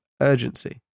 urgency